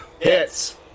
Hits